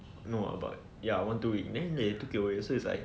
no uh but ya one two week then they took it away so it's like